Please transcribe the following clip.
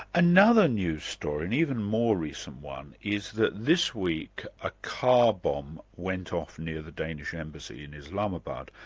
another new story, an even more recent one, is that this week a car bomb went off near the danish embassy in islamabad,